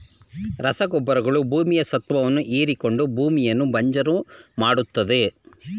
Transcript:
ರಸಗೊಬ್ಬರಗಳು ಭೂಮಿಯ ಸತ್ವವನ್ನು ಹೀರಿಕೊಂಡು ಭೂಮಿಯನ್ನು ಬಂಜರು ಮಾಡತ್ತದೆ